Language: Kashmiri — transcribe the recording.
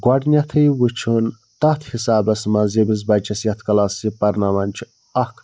گۄڈٕنٮ۪تھٕے وُچھُن تَتھ حِسابَس منٛز ییٚمِس بَچَس یَتھ کَلاس یہِ پَرناوان چھِ اَکھ